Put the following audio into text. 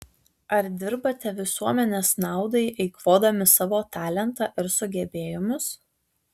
ar dirbate visuomenės naudai eikvodami savo talentą ir sugebėjimus